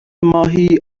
ماهی